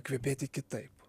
kvepėti kitaip